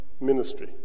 ministry